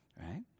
right